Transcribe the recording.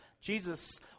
Jesus